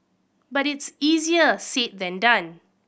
but it's easier said than done